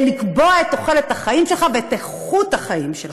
לקבוע את תוחלת החיים שלך ואת איכות החיים שלך.